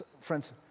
Friends